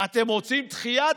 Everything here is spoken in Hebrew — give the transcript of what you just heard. אתם רוצים דחייה?